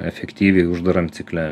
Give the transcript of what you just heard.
efektyviai uždaram cikle